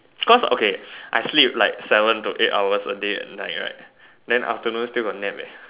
cause okay I sleep like seven okay hours a day at night right then afternoon still got nap